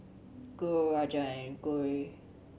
Guru Rajan and Gauri